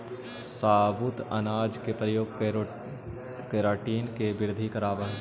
साबुत अनाज के प्रयोग केराटिन के वृद्धि करवावऽ हई